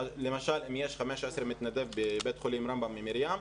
למשל אם יש 15 מתנדבים בבית החולים רמב"ם מ'מרים',